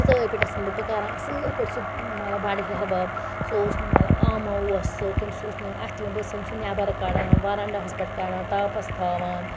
تِتھٕے پٲٹھۍ ٲسن بہٕ کَران سُہ اصل پٲٹھۍ سُہ مَطلَب بَڈٕ ہِحٮ۪ربب سُہ اوس نہٕ مَطلَب آما اوس سُہ تٔمِس اوس نہٕ اَتھِ یِوان بہٕ ٲسَن سُہ نٮ۪بَر کَڑان وَرَنٛڈاہَس پٮ۪ٹھ کَڑان تاپَس تھاوان پَتہٕ ٲسَس